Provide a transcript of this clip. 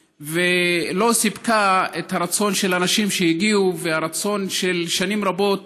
ולא סיפקה את הרצון של האנשים שהגיעו והרצון של שנים רבות,